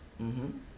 mmhmm